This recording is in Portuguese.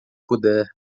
puder